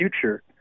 future